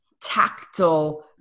tactile